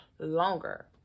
longer